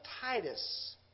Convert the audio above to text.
Titus